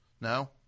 No